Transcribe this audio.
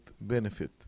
benefit